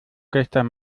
gestern